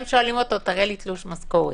הם אומרים תראה לי תלוש משכורת,